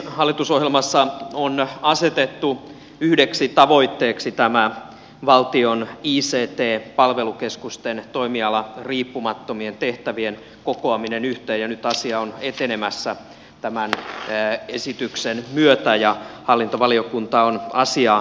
hallitusohjelmassa on asetettu yhdeksi tavoitteeksi tämä valtion ict palvelukeskusten toimialariippumattomien tehtävien kokoaminen yhteen ja nyt asia on etenemässä tämän esityksen myötä ja hallintovaliokunta on asiaa käsitellyt